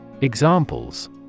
Examples